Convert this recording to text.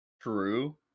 True